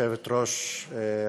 גברתי היושבת-ראש,